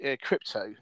crypto